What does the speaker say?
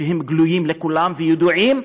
שהם גלויים לכולם וידועים,